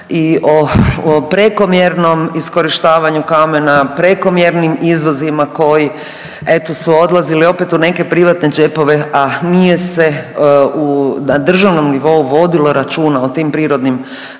i o prekomjernom iskorištavanju kamena, prekomjernim izvozima koji, eto, su odlazili opet u neke privatne džepove, a nije se u, na državnom nivou vodilo računa o tim prirodnim